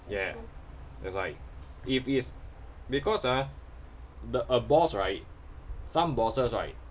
yeah that's why if it's because ah the a boss right some bosses right